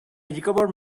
recovered